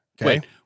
Wait